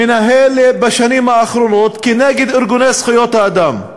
מנהל בשנים האחרונות כנגד ארגוני זכויות האדם.